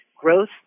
growth